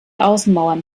außenmauern